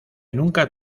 nunca